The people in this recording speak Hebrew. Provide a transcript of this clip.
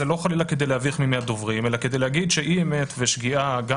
זה לא חלילה כדי להביך את הדוברים אלא להגיד שאם שגיאה גם